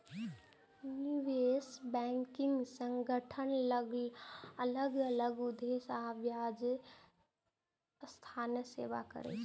निवेश बैंकिंग संगठन अलग अलग उद्देश्य आ व्यावसायिक संस्थाक सेवा करै छै